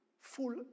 full